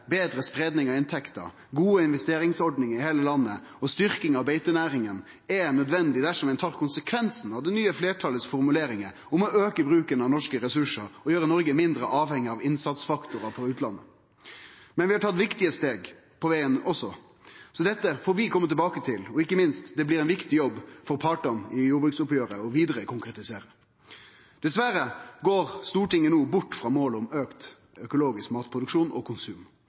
betre spreiing av inntekter, gode investeringsordningar i heile landet og styrking av beitenæringa – er nødvendig dersom ein tar konsekvensen av formuleringane til det nye fleirtalet om å auke bruken av norske ressursar og gjere Noreg mindre avhengig av innsatsfaktorar frå utlandet. Men vi har tatt viktige steg på vegen også, så dette får vi kome tilbake til. Ikkje minst blir det ein viktig jobb for partane i jordbruksoppgjeret å konkretisere det vidare. Diverre går Stortinget no bort frå målet om auka økologisk matproduksjon og konsum,